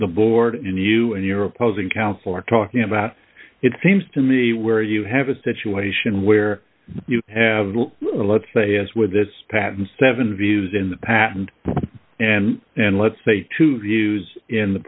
the board and you and your opposing counsel are talking about it seems to me where you have a situation where you have let's say as with this patent seven views in the patent and and let say to use in the